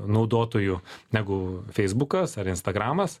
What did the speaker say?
naudotojų negu feisbukas ar instagramas